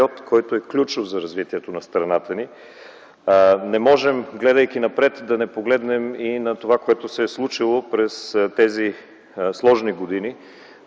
който е ключов за развитието на страната ни. Не можем, гледайки напред, да не погледнем и на това, което се е случило през тези сложни години